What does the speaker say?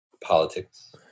politics